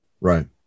right